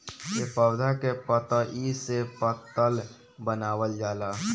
ए पौधा के पतइ से पतल बनावल जाला